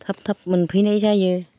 थाब थाब मोनफैनाय जायो